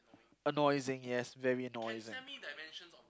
yes very